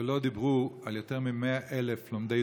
ולא דיברו על יותר מ-100,000 לומדי